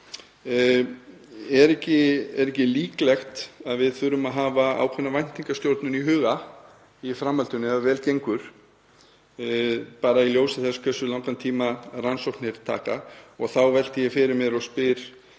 Er ekki líklegt að við þurfum að hafa ákveðna væntingastjórnun í huga í framhaldinu ef vel gengur, bara í ljósi þess hve langan tíma rannsóknir taka? Þá velti ég fyrir mér, og spyr